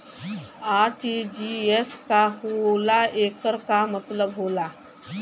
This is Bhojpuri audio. आर.टी.जी.एस का होला एकर का मतलब होला?